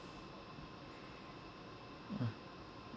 mm